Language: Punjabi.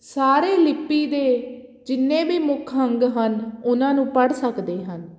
ਸਾਰੇ ਲਿਪੀ ਦੇ ਜਿੰਨੇ ਵੀ ਮੁੱਖ ਅੰਗ ਹਨ ਉਹਨਾਂ ਨੂੰ ਪੜ੍ਹ ਸਕਦੇ ਹਨ